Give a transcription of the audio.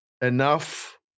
enough